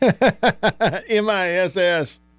m-i-s-s